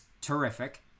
terrific